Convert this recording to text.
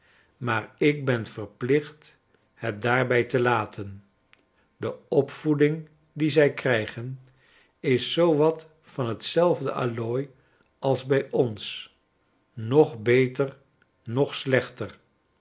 betreft maarik ben verplicht het daarbij te laten de opvoeding die zij krijgen is zoo wat van t zelfde allooi als bij ons noch beter noch slechter